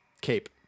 cape